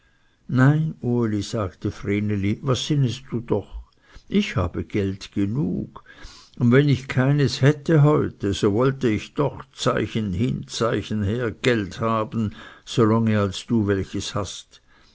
nein uli sagte vreneli was sinnest doch ich habe geld genug und wenn ich keines hätte heute so wollte ich doch zeichen hin zeichen her geld haben so lange als du welches hast